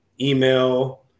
email